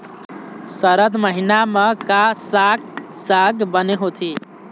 सरद महीना म का साक साग बने होथे?